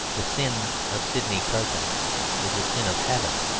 the sin of sydney carton is a sin of habit,